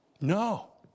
No